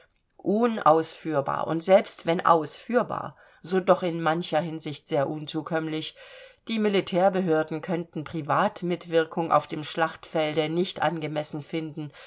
unausführbar und selbst wenn ausführbar so doch in mancher hinsicht sehr unzukömmlich die militärbehörden könnten privatmitwirkung auf dem schlachtfelde nicht angemessen finden